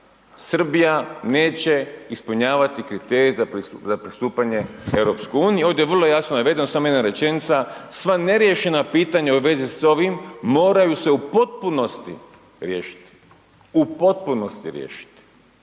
Srbija neće ispunjavati kriterije za pristupanje EU, ovdje je vrlo jasno navedeno samo jedna rečenica sva neriješena pitanja u vezi s ovim, moraju se u potpunosti riješiti, u potpunosti riješiti